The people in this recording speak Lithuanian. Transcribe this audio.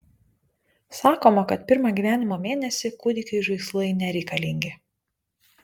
sakoma kad pirmą gyvenimo mėnesį kūdikiui žaislai nereikalingi